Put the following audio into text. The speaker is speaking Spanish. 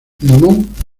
limón